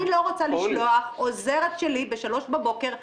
אני לא רוצה לשלוח עוזרת שלי ב-03:00 בבוקר,